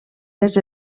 les